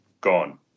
gone